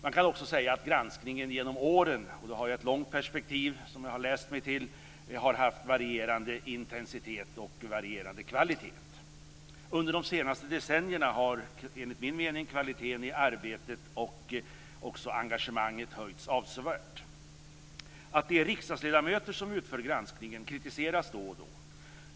Man kan också säga att granskningen genom åren - jag har läst mig till ett långt perspektiv - har haft varierande intensitet och varierande kvalitet. Under de senaste decennierna har, enligt min mening, kvaliteten i arbetet och också engagemanget höjts avsevärt. Att det är riksdagsledamöter som utför granskningen kritiseras då och då.